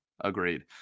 Agreed